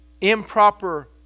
improper